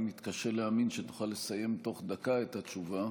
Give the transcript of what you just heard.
אני מתקשה להאמין שאתה תסיים בתוך דקה את התשובה,